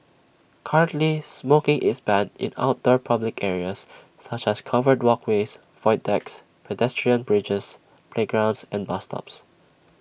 currently smoking is banned in outdoor public areas such as covered walkways void decks pedestrian bridges playgrounds and bus stops